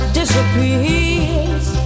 disappears